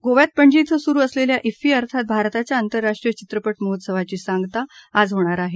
गोव्यात पणजी बें सुरु असलेल्या प्रिफी अर्थात भारताच्या आंतरराष्ट्रीय चित्रपट महोत्सवाची सांगता आज होणार आहे